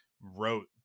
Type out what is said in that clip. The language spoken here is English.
wrote